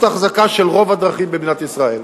האחזקה של רוב הדרכים במדינת ישראל.